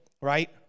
right